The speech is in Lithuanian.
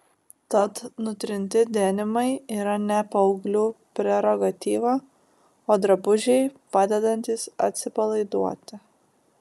tad nutrinti denimai yra ne paauglių prerogatyva o drabužiai padedantys atsipalaiduoti